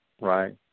Right